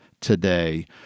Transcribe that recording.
today